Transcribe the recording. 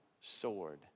sword